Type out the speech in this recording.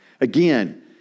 Again